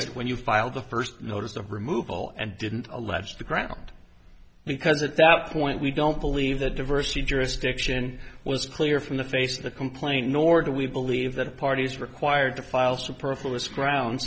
ste when you filed the first notice of removal and didn't allege the ground because at that point we don't believe the diversity jurisdiction was clear from the face of the complaint nor do we believe that parties required to file suit profile is grounds